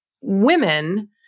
women